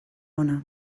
ona